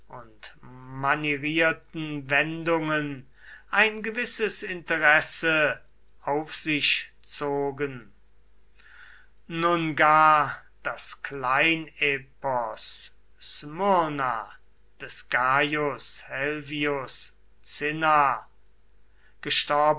und manierierten wendungen ein gewisses interesse auf sich zogen nun gar das kleinepos smyrna des gaius helvius cinna